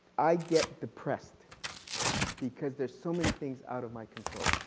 i get depressed because there's so many things out of my control.